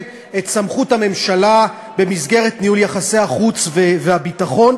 את סמכות הממשלה במסגרת ניהול יחסי החוץ והביטחון,